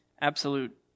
Absolute